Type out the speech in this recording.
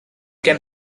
can